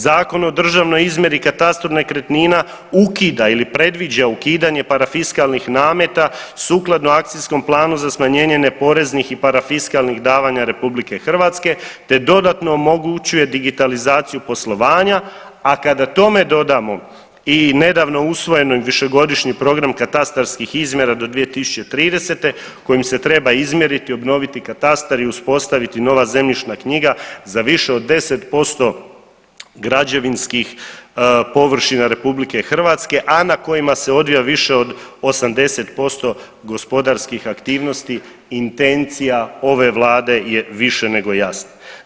Zakon o državnoj izmjeri i katastru nekretnina ukida i predviđa ukidanje parafiskalnih nameta sukladno Akcijskom planu za smanjenje neporeznih i parafiskalnih davanja RH te dodatno omogućuje digitalizaciju poslovanja, a kada tome dodamo i nedavno usvojeni višegodišnji Program katastarskih izmjera do 2030. kojim se treba izmjeriti, obnoviti katastar i uspostaviti nova zemljišna knjiga za više od 10% građevinskih površina RH, a na kojima se odvija više od 80% gospodarskih aktivnosti intencija ove vlade je više nego jasna.